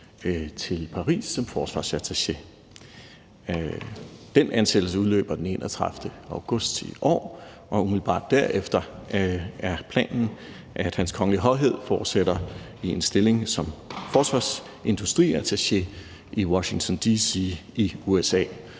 til Paris som forsvarsattaché. Den ansættelse udløber den 31. august i år, og planen er, at Hans Kongelige Højhed Prins Joachim umiddelbart derefter fortsætter i en stilling som forsvarsindustriattaché i Washington D.C. i USA.